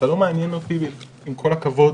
אתה לא מעניין אותי עם כל הכבוד.